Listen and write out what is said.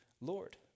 Lord